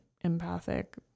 empathic